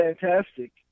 fantastic